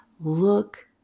look